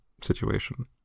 situation